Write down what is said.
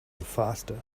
faster